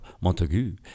Montagu